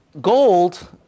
Gold